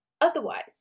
otherwise